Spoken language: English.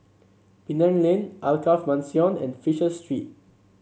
Penang Lane Alkaff Mansion and Fisher Street